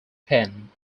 pen